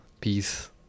Peace